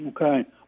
Okay